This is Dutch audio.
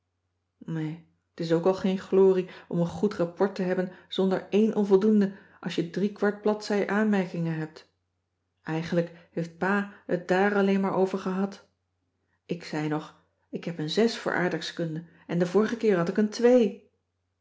nee t is ook al geen glorie om een goed rapport te hebben zonder éen onvoldoende als je driekwart bladzij aanmerkingen hebt eigenlijk heeft pa het daar alleen maar over gehad ik zei nog ik heb een zes voor aardrijkskunde en den vorigen keer had ik een twee